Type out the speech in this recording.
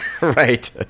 Right